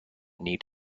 need